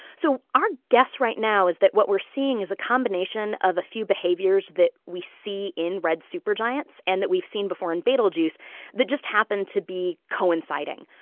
so our guess right now is that what we're seeing is a combination of a few behaviors that we see in red super giants and that we've seen before in betelgeuse that just happened to be coinciding.